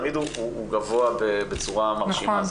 תמיד הוא גבוה בצורה מרשימה.